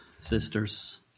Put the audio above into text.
sisters